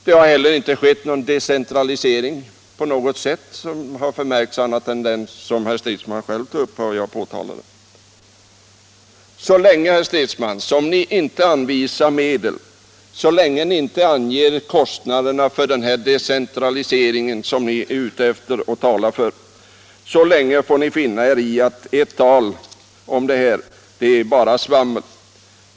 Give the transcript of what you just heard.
Det har heller inte skett någon decentralisering på något annat sätt än det som herr Stridsman själv tog upp och som jag påtalade. Så länge ni inte anvisar medel, herr Stridsman, och anger kostnaderna för den här decentraliseringen som ni är ute efter och talar för — så länge får ni finna er i att ert tal uppfattas som bara svammel.